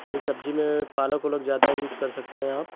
हरी सब्ज़ी में पालक उलक ज़्यादा यूज़ कर सकते हैं आप